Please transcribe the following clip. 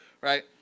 right